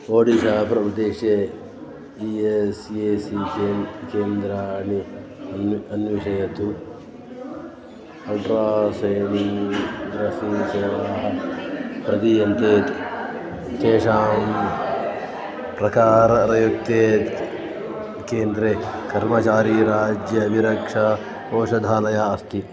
ओडिशाप्रदेशे E S A C केन् केन्द्राणि अन्वि अन्विषयतु अल्ट्रासेनीन्द्र सिं सेवाः प्रदीयन्ते तेषां प्रकारयुक्ते केन्द्रे कर्मचारीराज्य अभिरक्षा ओषधालयः अस्ति